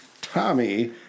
Tommy